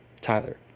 Tyler